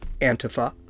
Antifa